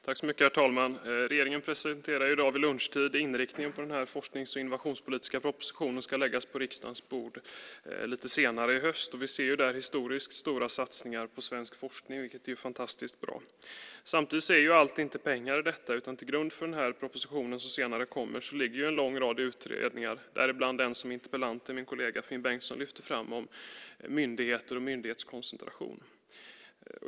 Herr talman! Regeringen presenterade i dag vid lunchtid inriktningen på den forsknings och innovationspolitiska propositionen, som ska läggas på riksdagens bord lite senare i höst. Vi ser där historiskt stora satsningar på svensk forskning, vilket är fantastiskt bra. Samtidigt är inte allt i detta pengar. Till grund för propositionen som senare kommer ligger en lång rad utredningar, däribland den som interpellanten, min kollega Finn Bengtsson, lyfte fram om myndigheter och myndighetskoncentration.